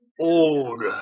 old